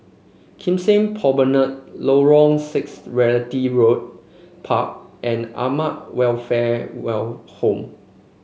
Kim Seng Promenade Lorong six Realty Road Park and Welfare well Home